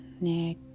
neck